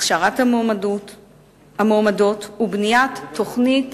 הכשרת המועמדות ובניית תוכנית